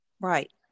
right